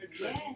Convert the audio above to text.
yes